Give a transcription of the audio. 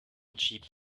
cheap